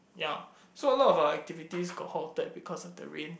ya so a lot of activities got halted because of the rain